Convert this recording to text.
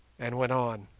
and went on